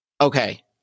okay